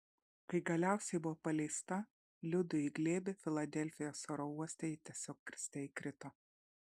kai galiausiai buvo paleista liudui į glėbį filadelfijos oro uoste ji tiesiog kriste įkrito